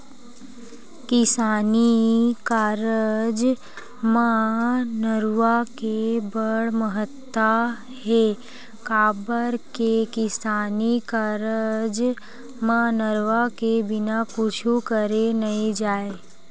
किसानी कारज म नरूवा के बड़ महत्ता हे, काबर के किसानी कारज म नरवा के बिना कुछ करे नइ जाय